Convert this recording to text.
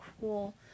cool